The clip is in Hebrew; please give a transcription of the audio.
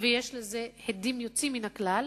ויש לזה הדים יוצאים מן הכלל,